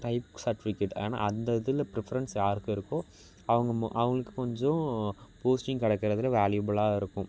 type certificate ஏன்னா அந்த இதில் ப்ரிஃபெரன்ஸ் யாருக்கு இருக்கோ அவங்க ம அவங்களுக்கு கொஞ்சம் போஸ்டிங் கிடைக்கிறதுல வேல்யூபெல்லாக இருக்கும்